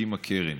מקים הקרן.